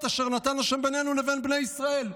אשר נתן ה' בינו ובין בני ישראל".